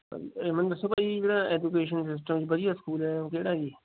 ਮੈਨੂੰ ਦੱਸੋ ਭਾ ਜੀ ਜਿਹੜਾ ਐਜੂਕੇਸ਼ਨ ਸਿਸਟਮ 'ਚ ਵਧੀਆ ਸਕੂਲ ਹੈ ਉਹ ਕਿਹੜਾ ਜੀ